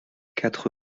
quatre